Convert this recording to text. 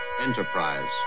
Enterprise